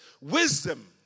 wisdom